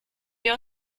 wir